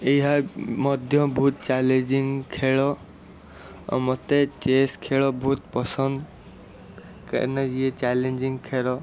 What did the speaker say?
ଏହା ମଧ୍ୟ ବହୁତ ଚାଲେଞ୍ଜିଂ ଖେଳ ଆଉ ମତେ ଚେସ୍ ଖେଳ ବହୁତ ପସନ୍ଦ କାହିଁକିନା ଯିଏ ଚାଲେଞ୍ଜିଂ ଖେଳ